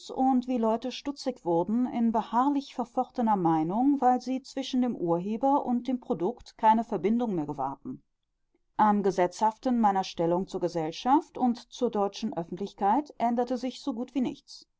wie leute stutzig wurden in beharrlich verfochtener meinung weil sie zwischen dem urheber und dem produkt keine verbindung mehr gewahrten am gesetzhaften meiner stellung zur gesellschaft und zur deutschen öffentlichkeit änderte sich so gut wie nichts